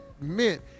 meant